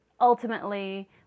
ultimately